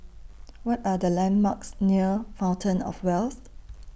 What Are The landmarks near Fountain of Wealth